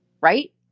Right